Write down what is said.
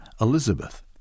Elizabeth